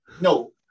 No